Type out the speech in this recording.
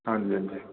हंजी हंजी